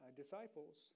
disciples